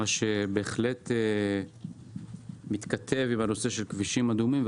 מה שבהחלט מתכתב עם הנושא של כבישים אדומים.